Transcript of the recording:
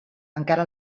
encara